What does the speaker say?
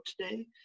today